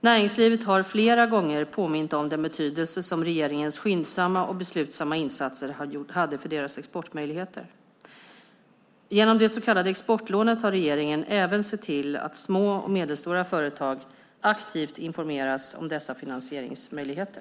Näringslivet har flera gånger påmint om den betydelse som regeringens skyndsamma och beslutsamma insatser hade för deras exportmöjligheter. Genom det så kallade exportlånet har regeringen även sett till att små och medelstora företag aktivt informeras om dessa finansieringsmöjligheter.